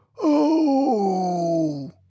Oh